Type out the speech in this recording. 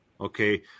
Okay